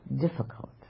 difficult